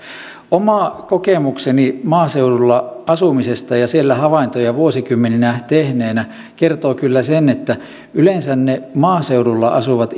oma kokemukseni maaseudulla asumisesta ja ja siellä havaintoja vuosikymmeniä tehneenä kertoo kyllä sen että yleensä ne maaseudulla asuvat